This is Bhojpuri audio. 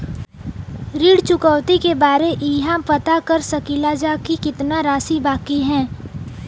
ऋण चुकौती के बारे इहाँ पर पता कर सकीला जा कि कितना राशि बाकी हैं?